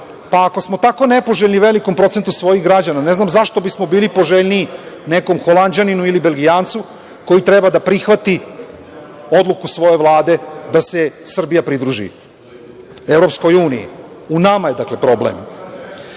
dešava. Ako smo tako nepoželjni velikom procentu svojih građana, ne znam zašto bismo bili poželjniji nekom Holanđaninu ili Belgijancu koji treba da prihvati odluku svoje vlade da se Srbija pridruži EU? Dakle, u nama je problem. Citiraću